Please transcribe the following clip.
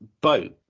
boat